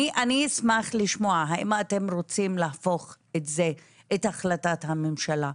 אשמח לשמוע האם אתם רוצים להפוך את החלטת הממשלה,